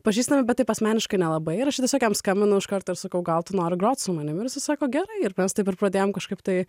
pažįstami bet taip asmeniškai nelabai ir aš tiesiog jam skambinau iškart ir sakau gal tu nori grot su manim ir jisai sako gerai ir mes taip ir pradėjome kažkaip tai